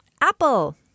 Apple